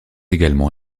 également